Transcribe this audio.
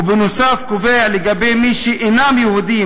ובנוסף קובע לגבי מי שאינם יהודים,